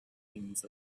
things